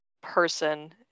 person